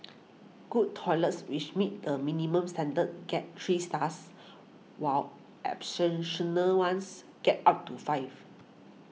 good toilets which meet the minimum standards get three stars while ones get up to five